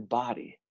body